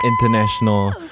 international